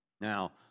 Now